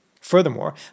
Furthermore